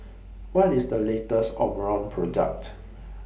What IS The latest Omron Product